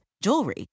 jewelry